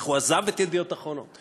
איך הוא עזב את "ידיעות אחרונות"?